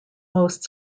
most